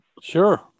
sure